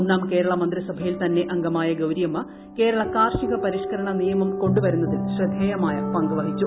ഒന്നാം കേരള മന്ത്രിസഭയിൽ തന്നെ അംഗ മായ ഗൌരിയമ്മ കേരള കാർഷിക പരിഷ്കരണ നിയമം കൊണ്ടു വരുന്നതിൽ ശ്രദ്ധേയമായ പങ്ക് വഹിച്ചു